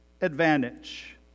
advantage